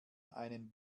einen